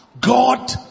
God